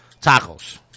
tacos